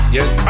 Yes